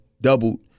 doubled